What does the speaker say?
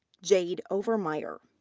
jade overmyer.